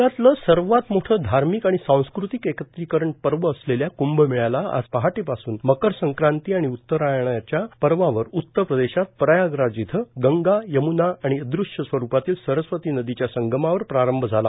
जगातलं सर्वात मोठ धार्मिक आणि सांस्कृतिक एकत्रीकरण पर्व असलेल्या कंभमेळ्याला आज पहाटेपासून मकरसंक्रांती आणि उत्तरायणाच्या पर्वावर उत्तरप्रदेशात प्रयागराज इथं गंगा यम्ना आणि अदृश्य स्वरूपातील सरस्वती नदीच्या संगमावर प्रारंभ झाला